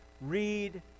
Read